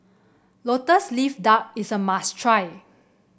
lotus leaf duck is a must try